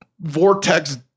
vortex